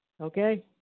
Okay